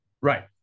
Right